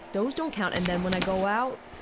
those don't count. and then when i go out,